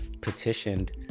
petitioned